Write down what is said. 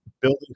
building